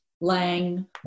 Lang